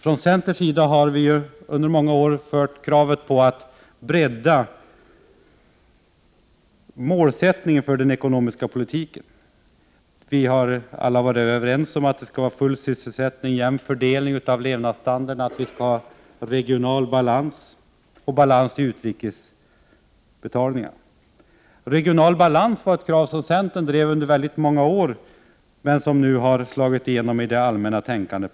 Från centerns sida har vi under många år fört fram kravet på att vidga målsättningen för den ekonomiska politiken. Vi har alla varit överens om att vi skall ha full sysselsättning, jämn fördelning av levnadsstandarden, regional balans och balans i utrikesbetalningarna. Regional balans är ett krav som centern drev under väldigt många år men som nu har slagit igenom i det allmänna tänkandet.